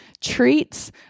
treats